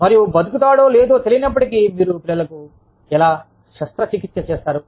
మరియు బతుకుతాడో లేదో తెలియనప్పటికీ మీరు పిల్లల కు ఎలా శస్త్ర చికిత్స చేస్తారు